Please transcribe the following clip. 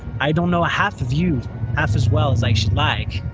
i don't know ah half of you half as well as i should like,